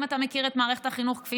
אם אתה מכיר את מערכת החינוך כפי